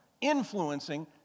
influencing